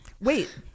Wait